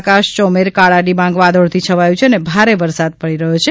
આકાશ યોમેર કાળા ડિબાંગ વાદળોથી છવાયું છે અને ભારે વરસાદ પડી રહ્યો છે